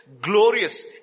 glorious